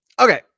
Okay